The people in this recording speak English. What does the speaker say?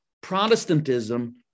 Protestantism